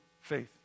faith